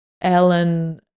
Ellen